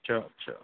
अच्छा अच्छा